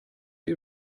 ihr